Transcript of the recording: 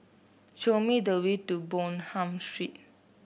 show me the way to Bonham Street